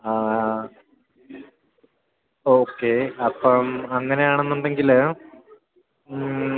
ആഹ്ഹ് okay അപ്പോള് അങ്ങനെയാണെന്നുണ്ടെങ്കില് മ്മ്ഹഹ്